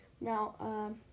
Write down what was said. Now